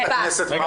לא